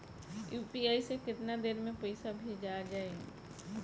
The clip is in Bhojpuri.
यू.पी.आई से केतना देर मे पईसा भेजा जाई?